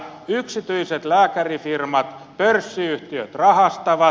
yksityiset lääkärifirmat pörssiyhtiöt rahastavat